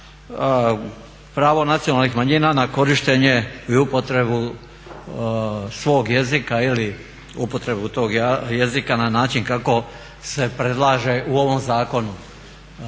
pravo nacionalnih manjina na korištenje i upotrebu svog jezika ili upotrebu tog jezika na način kako se predlaže u ovom zakonu.